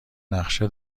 نقشه